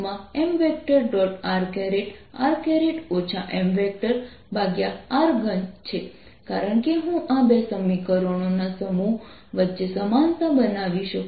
rr mr3 છે કારણ કે હું આ બે સમીકરણોના સમૂહ વચ્ચે સમાનતા બનાવી શકું છું